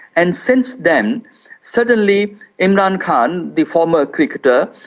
and since then suddenly imran khan, the former cricketer,